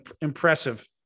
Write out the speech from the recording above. impressive